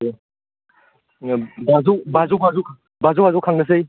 दे बाजौ बाजौ खांनोसै